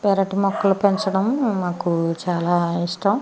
పెరటి మొక్కలు పెంచడం మాకు చాలా ఇష్టం